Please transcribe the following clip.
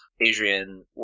Adrian